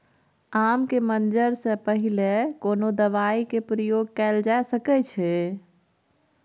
आम के मंजर से पहिले कोनो दवाई के प्रयोग कैल जा सकय अछि?